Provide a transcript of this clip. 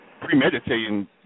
premeditating